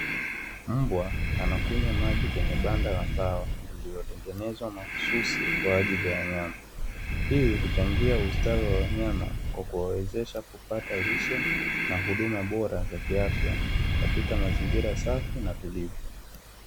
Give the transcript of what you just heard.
Mbwa anakunywa maji kwenye banda la mbao liliotengenezwa mahususi kwa ajili ya wanyama, hii huchangia ustawi wa wanyama kwa kuwawezesha kupata lishe na huduma bora za kiafya katika mazingira safi na tulivu.